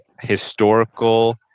historical